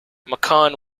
macon